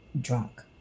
drunk